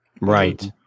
Right